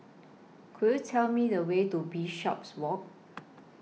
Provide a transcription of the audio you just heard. Could YOU Tell Me The Way to Bishopswalk